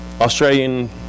Australian